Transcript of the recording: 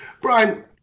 Brian